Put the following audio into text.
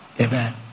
Amen